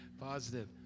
Positive